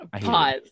Pause